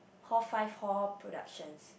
hall five hall productions